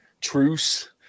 truce